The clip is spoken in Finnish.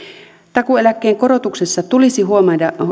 takuueläkkeen korotuksessa tulisi huomioida